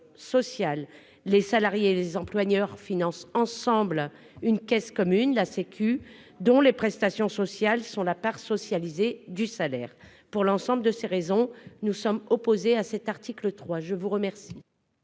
Les salariés et les employeurs financent ensemble une caisse commune, la sécu, dont les prestations sociales sont la part socialisée du salaire. Pour toutes ces raisons, nous sommes opposés à l'article 3. La parole